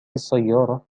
السيارة